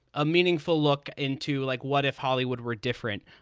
a meaningful look into. like, what if hollywood were different?